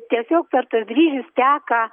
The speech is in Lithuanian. tiesiog per tuos dryžius teka